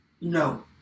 No